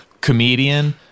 comedian